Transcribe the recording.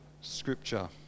Scripture